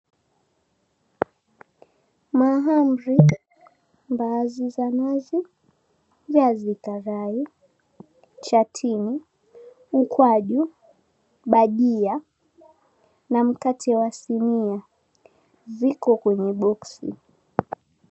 Mahamri, mbahazi za nazi, viazi karai , chatini, ukwaju bajia na mkate wa sinia ziko kwenye box